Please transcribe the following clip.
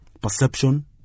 Perception